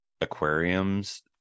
aquariums